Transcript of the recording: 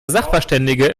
sachverständige